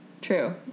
true